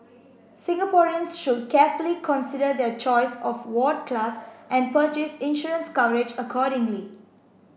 Singaporeans should carefully consider their choice of ward class and purchase insurance coverage accordingly